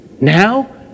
Now